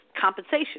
compensation